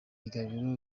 gabiro